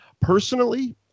Personally